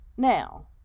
Now